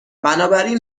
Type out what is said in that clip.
بنابراین